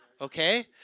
okay